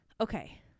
Okay